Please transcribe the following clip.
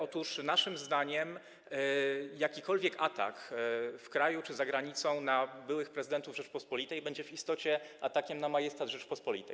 Otóż naszym zdaniem jakikolwiek atak w kraju czy za granicą na byłych prezydentów Rzeczypospolitej będzie w istocie atakiem na majestat Rzeczypospolitej.